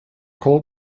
called